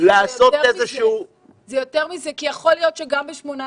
זה יותר מזה כי יכול להיותש גם ב-2018